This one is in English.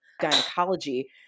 gynecology